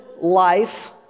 life